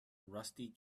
rusty